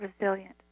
resilient